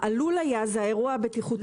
ה-עלול היה, זה אירוע בטיחותי.